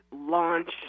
launch